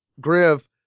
Griff